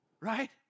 right